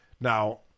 Now